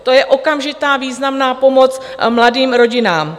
To je okamžitá významná pomoc mladým rodinám.